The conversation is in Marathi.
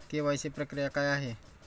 के.वाय.सी प्रक्रिया काय आहे?